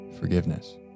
forgiveness